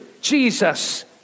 Jesus